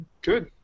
Good